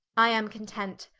i am content,